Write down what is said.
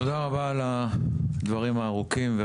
תודה רבה על הדברים הארוכים האלה,